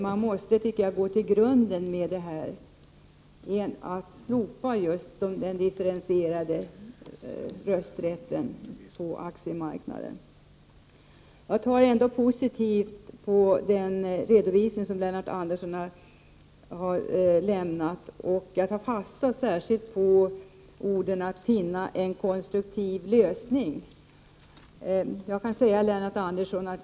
Man måste gå till grunden med detta, genom att slopa just den differentierade rösträtten på aktiemarknaden. Jag ser ändå positivt på den redovisning som Lennart Andersson har lämnat, och jag tar fasta särskilt på orden ”att finna en konstruktiv lösning”.